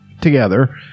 together